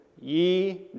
ye